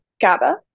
GABA